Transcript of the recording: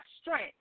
strength